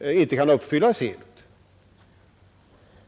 inte kan uppfyllas helt.